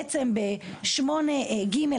להציע סעיף.